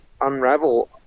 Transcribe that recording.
unravel